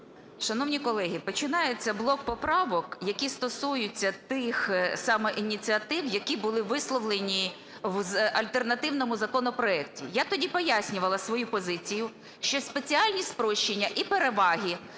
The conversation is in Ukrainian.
Шановні колеги, починається блок поправок, які стосуються тих саме ініціатив, які були висловлені в альтернативному законопроекті. Я тоді пояснювала свою позицію, що спеціальні спрощення і переваги